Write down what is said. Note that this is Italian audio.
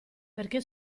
perché